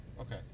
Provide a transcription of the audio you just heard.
Okay